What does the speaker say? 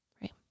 right